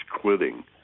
quitting